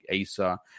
Asa